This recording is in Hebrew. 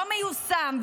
לא מיושם.